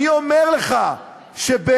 אני אומר לך שבעיני,